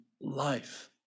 life